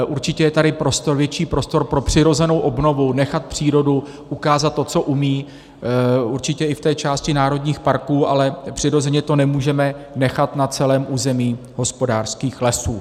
Určitě je tady větší prostor pro přirozenou obnovu, nechat přírodu ukázat, co umí, určitě i v části národních parků, ale přirozeně to nemůžeme nechat na celém území hospodářských lesů.